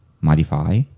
modify